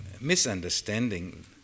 misunderstanding